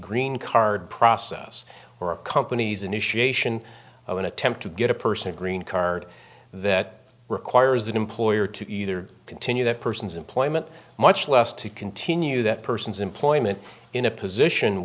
green card process or a company's initiation of an attempt to get a person a green card that requires the employer to either continue that person's employment much less to continue that person's employment in a position